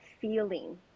feeling